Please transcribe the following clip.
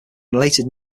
related